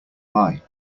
buy